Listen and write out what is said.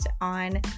on